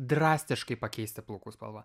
drastiškai pakeisti plaukų spalvą